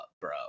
bro